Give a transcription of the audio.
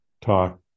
talk